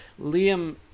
Liam